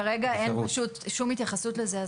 כרגע אין פשוט שום התייחסות לזה.